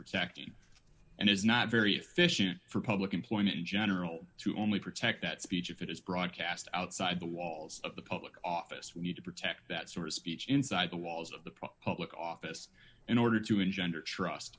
protecting and is not very efficient for public employment in general to only protect that speech if it is broadcast outside the walls of the public office we need to protect that sort of speech inside the walls of the proper look office in order to engender trust